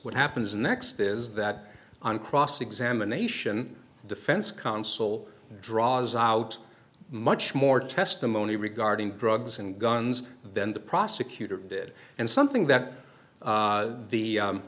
what happens next is that on cross examination defense counsel draws out much more testimony regarding drugs and guns than the prosecutor did and something that the